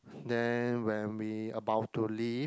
then when we about to leave